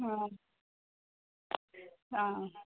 ಹ್ಞೂ ಹಾಂ